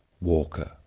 Walker